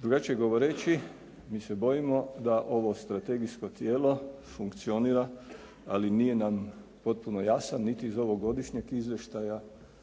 Drugačije govoreći mi se bojimo da ovo strategijsko tijelo funkcionira ali nije nam potpuno jasan niti iz ovog godišnjeg izvještaja